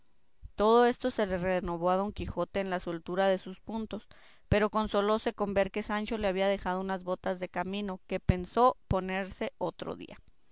todo esto se le renovó a don quijote en la soltura de sus puntos pero consolóse con ver que sancho le había dejado unas botas de camino que pensó ponerse otro día